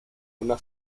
una